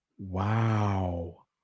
Wow